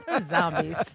Zombies